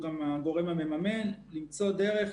יותר מ-1,800 עבור כל חודש.